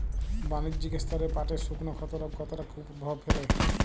বাণিজ্যিক স্তরে পাটের শুকনো ক্ষতরোগ কতটা কুপ্রভাব ফেলে?